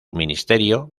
ministerio